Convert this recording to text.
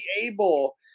able